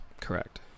correct